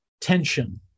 tension